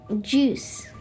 Juice